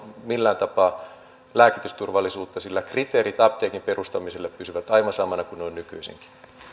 millään tapaa lääkitysturvallisuutta sillä kriteerit apteekin perustamiselle pysyvät aivan samoina kuin mitä ne ovat nykyisinkin